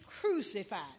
crucified